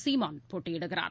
சீமான் போட்டியிடுகிறார்